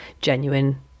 genuine